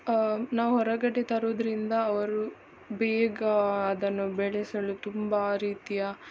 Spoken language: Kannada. ನಾವು ಹೊರಗಡೆ ತರೋದ್ರಿಂದ ಅವರು ಬೇಗ ಅದನ್ನು ಬೆಳೆಸಲು ತುಂಬ ರೀತಿಯ